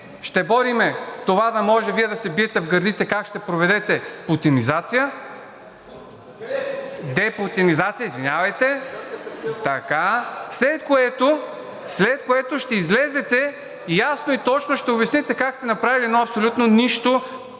ще борим това да може Вие да се биете в гърдите как ще проведете депутинизация, след което ще излезете и ясно, и точно ще обясните как сте направили едно абсолютно нищо,